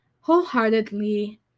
wholeheartedly